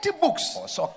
books